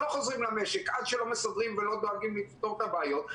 שלא חוזרים למשק עד שלא מסדרים ולא דואגים לפתור את הבעיות.